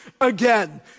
again